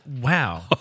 Wow